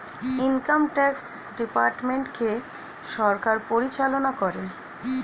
income tax ডিপার্টমেন্টকে সরকার পরিচালনা করে